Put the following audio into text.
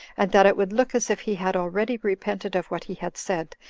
and that it would look as if he had already repented of what he had said,